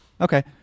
Okay